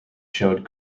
showed